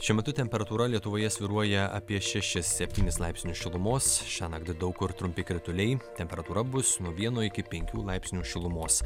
šiuo metu temperatūra lietuvoje svyruoja apie šešis septynis laipsnius šilumos šią naktį daug kur trumpi krituliai temperatūra bus nuo vieno iki penkių laipsnių šilumos